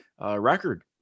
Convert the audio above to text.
record